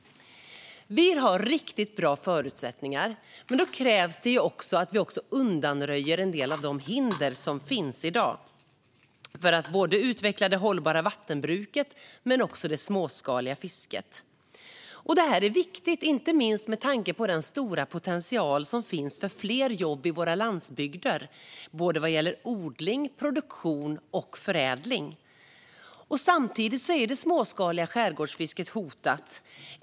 Vi har riktigt bra förutsättningar, men då krävs det också att vi undanröjer en del av de hinder som finns i dag för att utveckla det hållbara vattenbruket och det småskaliga fisket. Det här är viktigt, inte minst för den stora potential som finns för fler jobb i våra landsbygder vad gäller odling, produktion och förädling. Samtidigt är det småskaliga skärgårdsfisket hotat.